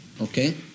okay